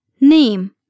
name